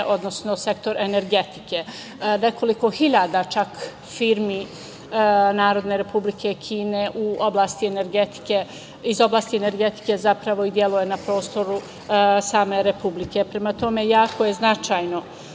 odnosno sektor energetike. Nekoliko hiljada firmi Narodne Republike Kine iz oblasti energetike zapravo deluje na prostoru same Republike. Prema tome, jako je značajno